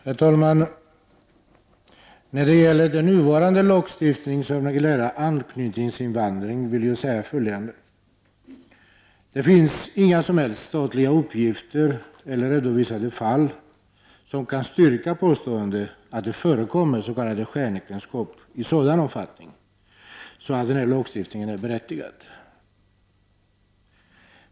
Herr talman! När det gäller den nuvarande lagstiftningen om anknytningsinvandring vill jag säga följande. För det första finns det inga som helst sakliga uppgifter eller redovisade fall som kan styrka påståendena om att det förekommer s.k. skenäktenskap i sådan omfattning att denna lagstiftning är berättigad.